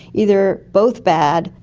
either both bad,